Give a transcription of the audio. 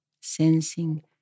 sensing